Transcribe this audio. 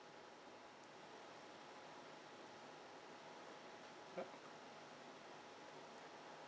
mm